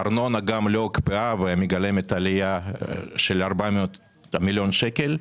ארנונה גם לא הוקפאה ומגלמת עלייה של 400 מיליון שקל.